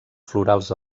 florals